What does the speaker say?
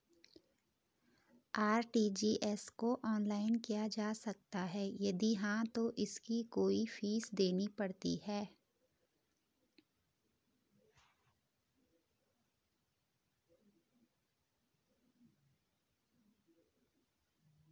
RTGS को online किया जा सकता है यदि हाँ तो इसकी कोई फीस देनी पड़ती है?